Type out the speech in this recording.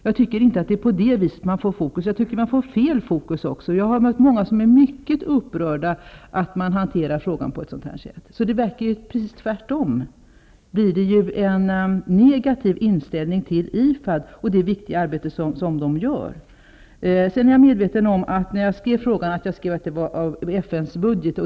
Jag tycker att det också blir felak tigt fokuserat. Jag har märkt att många är upprörda över att frågan har be handlats på detta sätt. Det blir en negativ inställning till IFAD och det viktiga arbete som IFAD utför. Jag är medveten om att jag när jag skrev frågan angav att det gällde FN:s budget.